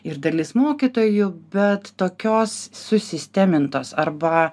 ir dalis mokytojų bet tokios susistemintos arba